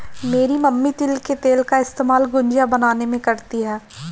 मेरी मम्मी तिल के तेल का इस्तेमाल गुजिया बनाने में करती है